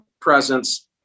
presence